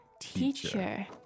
Teacher